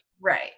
Right